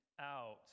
out